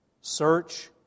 Search